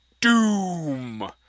Doom